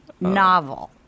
novel